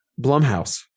blumhouse